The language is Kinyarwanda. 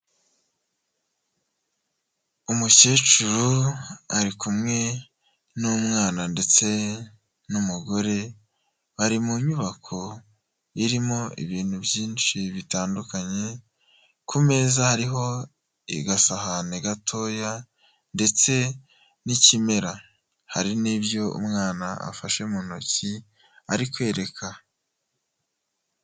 Umukecuru ari kumwe n'umwana ndetse n'umugore bari mu nyubako irimo ibintu byinshi bitandukanye, ku meza hariho agasahani gatoya ndetse n'ikimera, hari n'ibyo umwana afashe mu ntoki ari kwereka.